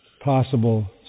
possible